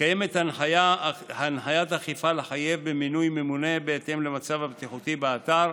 קיימת הנחיית אכיפה לחייב במינוי ממונה בהתאם למצב הבטיחותי באתר,